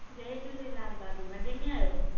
जय झुलेलाल भाभी मज़े में आहियो